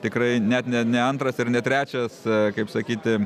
tikrai net ne ne antras ir ne trečias kaip sakyti